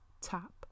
tap